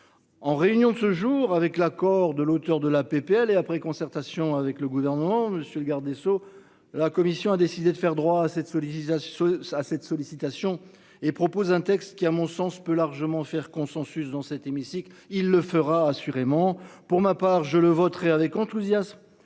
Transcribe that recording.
en réunion de ce jour, avec l'accord de l'auteur de la PPL et après concertation avec le gouvernement, monsieur le garde des Sceaux, la commission a décidé de faire droit à cette sollicitation à cette sollicitation et propose un texte qui, à mon sens peut largement faire consensus dans cet hémicycle, il le fera assurément pour ma part je le voterai avec enthousiasme